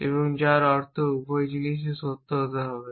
এবং যার অর্থ উভয় জিনিসই সত্য হতে হবে